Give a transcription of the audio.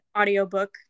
audiobook